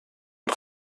und